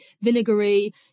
vinegary